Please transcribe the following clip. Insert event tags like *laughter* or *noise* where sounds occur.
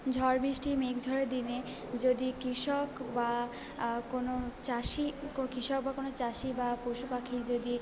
ঝড় বিষ্টি মেঘ ঝড়ের দিনে যদি কৃষক কোনো চাষি *unintelligible* কৃষক বা চাষি বা পশু পাখি যদি